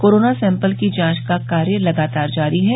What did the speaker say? corona sample की जांच का कार्य लगातार जारी है